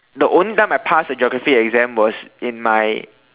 the only time I pass a geography exam was in my